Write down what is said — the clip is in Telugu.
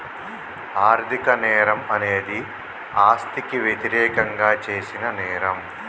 ఆర్థిక నేరం అనేది ఆస్తికి వ్యతిరేకంగా చేసిన నేరం